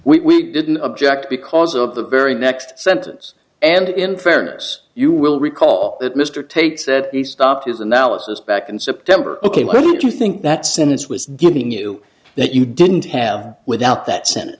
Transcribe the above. didn't we didn't object because of the very next sentence and in fairness you will recall that mr tate said he stopped his analysis back in september ok let me do you think that sentence was giving you that you didn't have without that senate